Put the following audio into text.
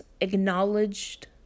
acknowledged